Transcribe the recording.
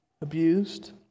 abused